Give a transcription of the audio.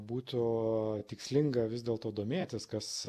būtų tikslinga vis dėlto domėtis kas